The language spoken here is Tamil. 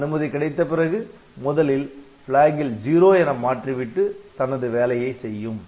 அனுமதி கிடைத்த பிறகு முதலில் Flag ல் '0' என மாற்றி விட்டு தனது வேலையை செய்யும்